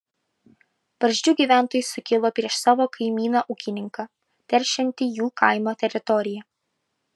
barzdžių gyventojai sukilo prieš savo kaimyną ūkininką teršiantį jų kaimo teritoriją